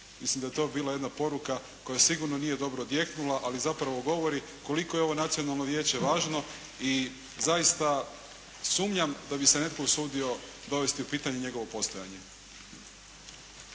Mislim da je to bila jedna poruka koja sigurno nije dobro odjeknula ali zapravo govori koliko je ovo Nacionalno vijeće važno i zaista sumnjam da bi se netko usudio dovesti u pitanje njegovo postojanje.